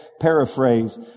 paraphrase